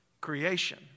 creation